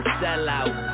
sellout